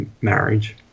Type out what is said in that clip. marriage